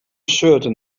certain